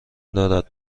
دارد